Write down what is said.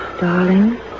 darling